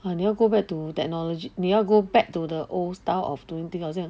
你要 go back to technology 你要 go back to the old style of doing things 好像